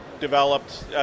developed